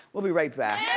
we'll be right back.